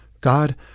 God